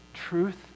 truth